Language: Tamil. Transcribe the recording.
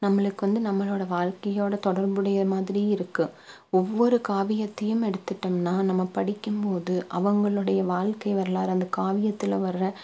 நம்மளுக்கு வந்து நம்மளோடய வாழ்க்கையோடு தொடர்புடைய மாதிரி இருக்கும் ஒவ்வொரு காவியத்தையும் எடுத்துட்டோம்னால் நம்ம படிக்கும் போது அவங்களோடைய வாழ்க்கை வரலாறு அந்த காவியத்தில் வர